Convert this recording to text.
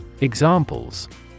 Examples